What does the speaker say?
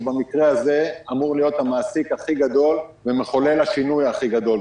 שהוא במקרה הזה אמור להיות המעסיק הכי גדול ומחולל השינוי הכי גדול.